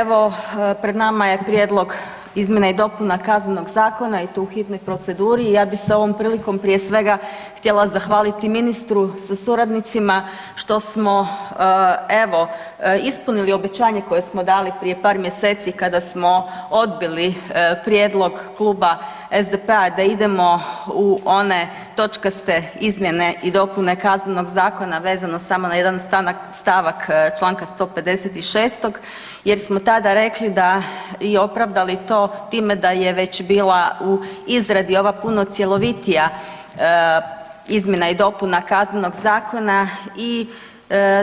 Evo pred nama je Prijedlog izmjena i dopuna Kaznenog zakona i to u hitnoj proceduri i ja bi se ovom prilikom prije svega htjela zahvaliti ministru sa suradnicima što smo evo ispunili obećanje koje smo dali prije par mjeseci kada smo odbili prijedlog kluba SDP-a da idemo u one točkaste izmjene i dopune KZ-a vezano samo na jedan stavak čl. 156. jer smo tada rekli da i opravdali to time da je već bila u izradi ova puno cjelovitija izmjena i dopuna KZ-a i